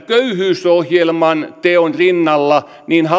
köyhyysohjelman teon rinnalla